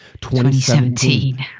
2017